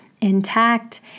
intact